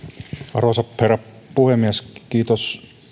arvoisa herra puhemies kiitos